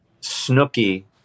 Snooky